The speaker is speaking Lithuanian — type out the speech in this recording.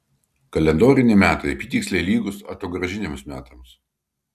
kalendoriniai metai apytiksliai lygūs atogrąžiniams metams